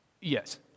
yes